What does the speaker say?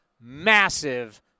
massive